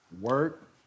Work